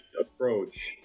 approach